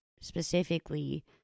specifically